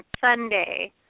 Sunday